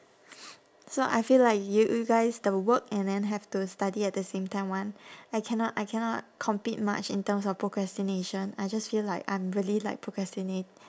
so I feel like you you guys the work and then have to study at the same time [one] I cannot I cannot compete much in terms of procrastination I just feel like I'm really like procrastinat~